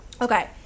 Okay